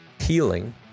healing